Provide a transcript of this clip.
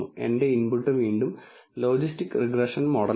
എന്റെ ഇൻപുട്ട് വീണ്ടും logistic regression മോഡലാണ്